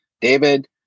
David